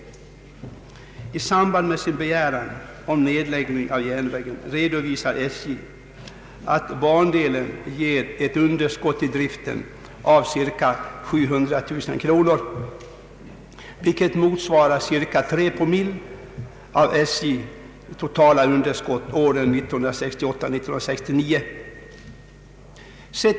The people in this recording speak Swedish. I samband med sin begäran om nedläggning av järnvägen redovisar SJ att bandelen ger ett underskott i driften med cirka 700 000 kronor, vilket motsvarar cirka tre promille av SJ:s totala underskott 1968/69.